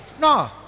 no